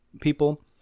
people